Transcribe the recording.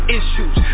issues